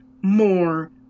more